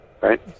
right